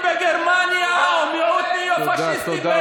מה הבעיה שלכם עם שוויון ועם ערכי זכויות אדם?